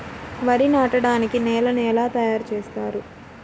వరి నాటడానికి నేలను ఎలా తయారు చేస్తారు?